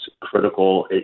critical